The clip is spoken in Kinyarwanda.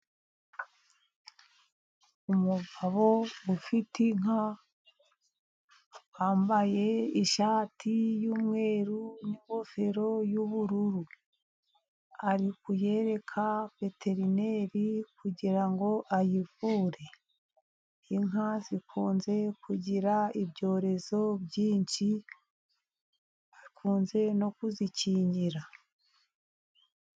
Umugabo ufite inka, wambaye ishati y'umweru n'ingofero y'ubururu. Ari kuyereka veterineri, kugirango ayivure. Inka zikunze kugira ibyorezo byinshi, akunze no kuzikingira.